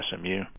smu